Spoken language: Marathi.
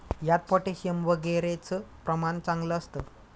यात पोटॅशियम वगैरेचं प्रमाण चांगलं असतं